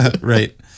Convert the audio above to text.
Right